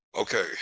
Okay